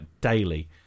daily